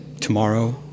tomorrow